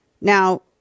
Now